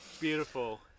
Beautiful